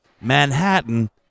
Manhattan